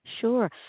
Sure